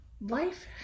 life